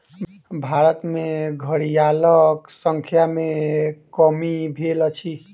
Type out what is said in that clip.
भारत में घड़ियालक संख्या में कमी भेल अछि